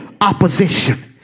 opposition